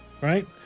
right